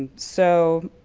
so,